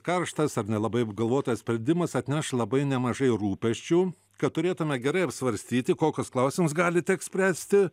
karštas ar nelabai apgalvotas sprendimas atneš labai nemažai rūpesčių kad turėtume gerai apsvarstyti kokius klausimus gali tekt spręsti